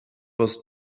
was